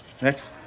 Next